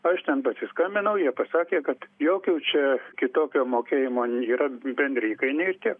aš ten pasiskambinau jie pasakė kad jokių čia kitokio mokėimo yra bendri įkainiai ir tiek